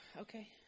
Okay